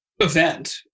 event